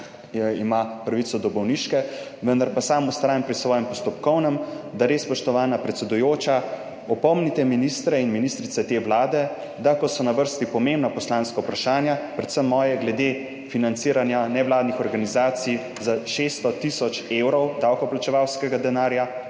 ima pravico do bolniške. Vendar pa sam vztrajam pri svojem postopkovnem, da res, spoštovana predsedujoča, opomnite ministre in ministrice te vlade, da ko so na vrsti pomembna poslanska vprašanja, predvsem moje glede financiranja nevladnih organizacij za 600 tisoč evrov davkoplačevalskega denarja